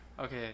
Okay